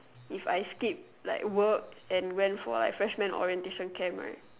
if I skip like work and went for like freshman orientation camp right